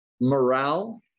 morale